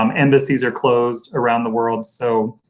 um embassies are closed around the world so,